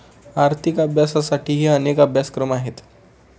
आर्थिक अभ्यासासाठीही अनेक अभ्यासक्रम आहेत